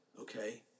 okay